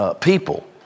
people